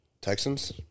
Texans